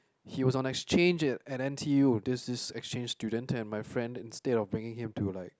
he was on exchange it at N_T_U this is exchange student and my friend instead of bringing him to like